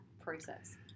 process